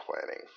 planning